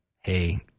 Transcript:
hey